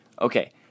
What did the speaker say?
Okay